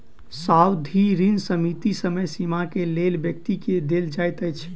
सावधि ऋण सीमित समय सीमा के लेल व्यक्ति के देल जाइत अछि